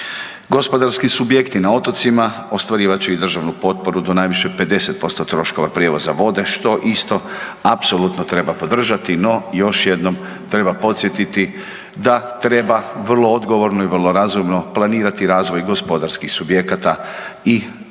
Gospodarski subjekti na otocima ostvarivat će i državnu potporu do najviše 50% troškova prijevoza vode, što isto, apsolutno treba podržati, no još jednom treba podsjetiti da treba vrlo odgovorno i vrlo razumno planirati razvoj gospodarskih subjekata i jasna